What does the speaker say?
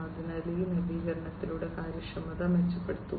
അതിനാൽ ഈ നവീകരണത്തിലൂടെ കാര്യക്ഷമത മെച്ചപ്പെടുത്തുക